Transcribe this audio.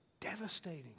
Devastating